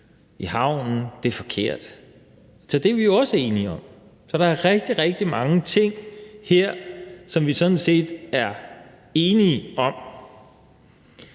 i havnen er forkert, så det er vi jo også enige om. Så der er rigtig, rigtig mange ting her, som vi sådan set er enige om.